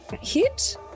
hit